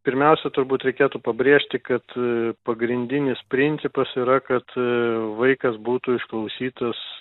pirmiausia turbūt reikėtų pabrėžti kad pagrindinis principas yra kad vaikas būtų išklausytas